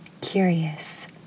curious